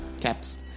caps